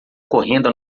correndo